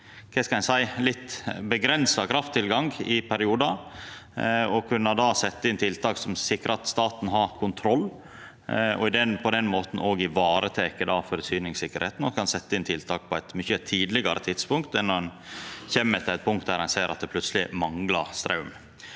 litt avgrensa krafttilgang i periodar. Då kan ein setja inn tiltak som sikrar at staten har kontroll, og på den måten òg vareta forsyningssikkerheita. Ein kan setja inn tiltak på eit mykje tidlegare tidspunkt enn når ein kjem til eit punkt der ein ser at det plutseleg manglar straum.